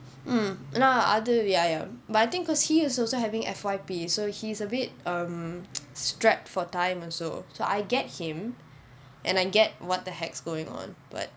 mm ah அது:athu ya ya but I think because he is also having F_Y_P so he's a bit um strapped for time also so I get him and I get what the heck's going on but